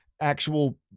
Actual